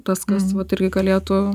tas vat irgi galėtų